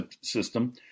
system